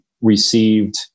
received